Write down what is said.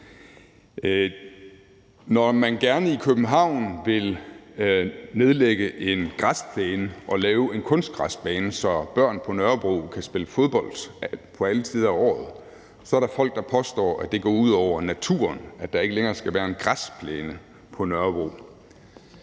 Når man i København gerne vil nedlægge en græsplæne og lave en kunstgræsplæne, så børn på Nørrebro kan spille fodbold på alle tider af året, er der folk, der påstår, at det går ud over naturen, at der ikke længere skal være en græsplæne på Nørrebro.